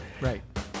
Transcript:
Right